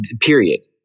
Period